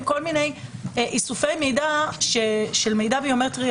כל מיני איסופי מידע של מידע ביומטרי,